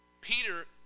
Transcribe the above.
Peter